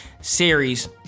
series